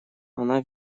она